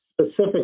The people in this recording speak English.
specific